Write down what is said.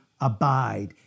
abide